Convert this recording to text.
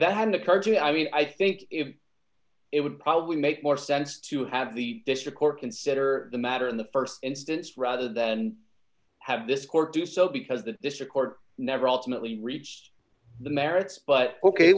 that had occurred to me i mean i think it would probably make more sense to have the district court consider the matter in the st instance rather than have this court do so because the district court never ultimately reached the merits but ok